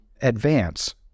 advance